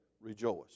Rejoice